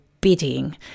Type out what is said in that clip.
bidding